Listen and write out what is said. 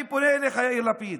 אני פונה אליך, יאיר לפיד.